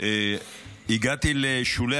הגעתי לשולי